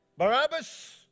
Barabbas